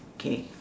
okay